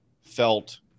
felt